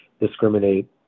discriminate